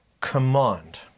command